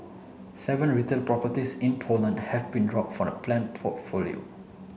seven retail properties in Poland have been drop from the planned portfolio